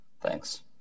Thanks